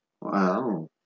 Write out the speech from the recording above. Wow